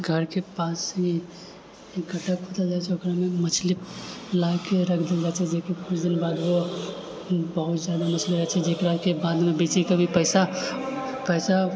घरके पास ही गड्ढा खुनल जाइ छै ओकरामे मछली लाके राखि देल जाइ छै जेकि किछु दिन बाद ओ बहुत ज्यादा मछली हो जाइ छै जकराकि बादमे बेचिके भी पइसा पइसा